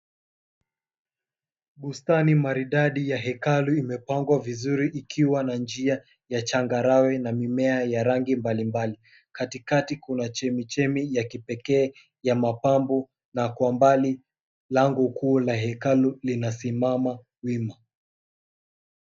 Bustani maridadi ya hekalu imepangwa vizuri ikiwa na njia ya changarawe na mimea ya rangi mbalimbali. Katikati kuna chemichemi ya kipekee ya mapambo, na kwa umbali lango kuu la hekalu linasimama wima.